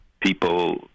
people